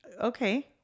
Okay